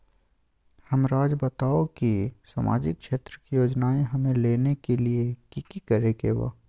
हमराज़ बताओ कि सामाजिक क्षेत्र की योजनाएं हमें लेने के लिए कि कि करे के बा?